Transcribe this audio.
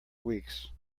weeks